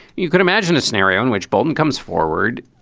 you could imagine a scenario in which bolton comes forward.